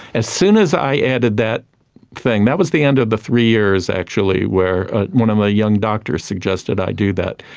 as soon as i added that thing, that was the end of the three years actually, where ah one of my young doctors suggested i do that.